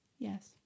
Yes